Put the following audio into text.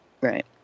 Right